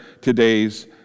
today's